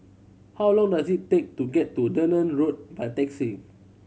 how long does it take to get to Dunearn Road by taxi